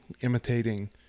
imitating